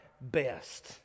best